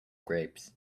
grapes